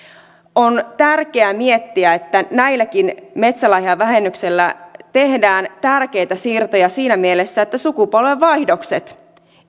on tärkeää miettiä että näilläkin kuten metsälahjavähennyksellä tehdään tärkeitä siirtoja siinä mielessä että sukupolvenvaihdokset